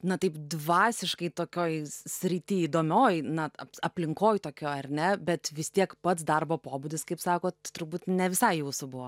na taip dvasiškai tokioj srity įdomioj na aplinkoj tokioj ar ne bet vis tiek pats darbo pobūdis kaip sakot turbūt ne visai jūsų buvo